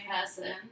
person